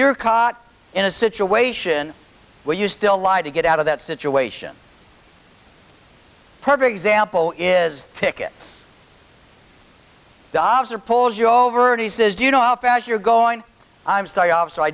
you're caught in a situation where you still lie to get out of that situation perfect example is tickets dobbs or pulls you over and he says do you know how fast you're going i'm sorry off